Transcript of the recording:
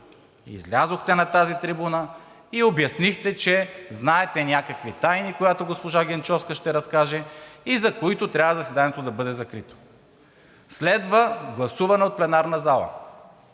Излязохте на тази трибуна и обяснихте, че знаете някакви тайни, които госпожа Генчовска ще разкаже и за които трябва заседанието да бъде закрито. Следва гласуване от пленарната зала